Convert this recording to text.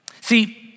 See